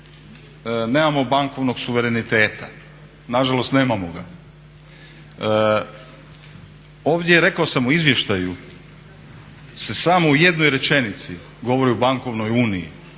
nemamo bankovnog suvereniteta. Nažalost nemamo ga. Ovdje, rekao sam u izvještaju se samo u jednoj rečenici govori o bankovnoj uniji.